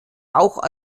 auch